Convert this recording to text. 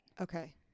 okay